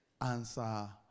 answer